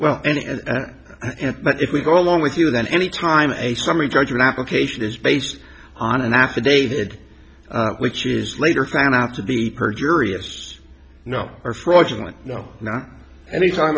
well and if we go along with you then any time a summary judgment application is based on an affidavit which is later found out to be perjurious no or fraudulent no not any time